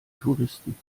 touristen